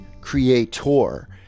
Creator